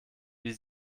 wie